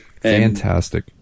Fantastic